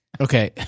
Okay